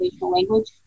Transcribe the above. language